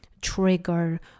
trigger